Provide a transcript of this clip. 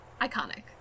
iconic